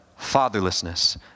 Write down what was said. fatherlessness